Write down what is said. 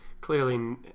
clearly